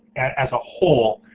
as a whole.